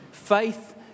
Faith